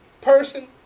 person